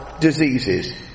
diseases